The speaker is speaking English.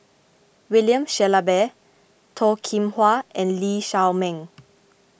William Shellabear Toh Kim Hwa and Lee Shao Meng